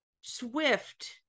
swift